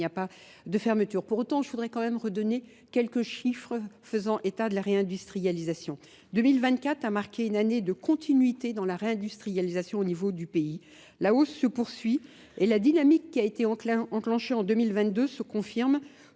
n'y a pas de fermetures. Pour autant, je voudrais quand même redonner quelques chiffres faisant état de la réindustrialisation. 2024 a marqué une année de continuité dans la réindustrialisation au niveau du pays. La hausse se poursuit et la dynamique qui a été enclenchée en 2022 se confirme